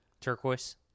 Turquoise